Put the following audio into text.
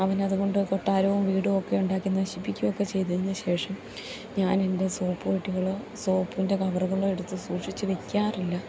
അവനതുകൊണ്ട് കൊട്ടാരവും വീടും ഒക്കെ ഉണ്ടാക്കി നശിപ്പിക്കുക ഒക്കെ ചെയ്തതിന് ശേഷം ഞാനെൻ്റെ സോപ്പ് പെട്ടികളോ സോപ്പിൻ്റെ കവറുകളോ എടുത്ത് സൂക്ഷിച്ച് വെക്കാറില്ല